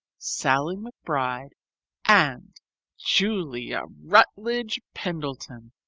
sallie mcbride and julia rutledge pendleton.